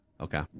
Okay